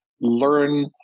learn